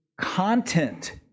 content